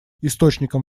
источником